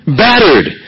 battered